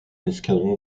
escadron